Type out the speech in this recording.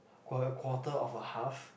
qua~ quarter of a half